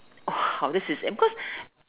!wow! this is because